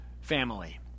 family